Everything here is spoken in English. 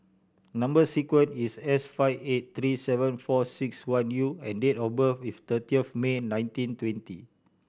number sequence is S five eight three seven four six one U and date of birth is thirtieth May nineteen twenty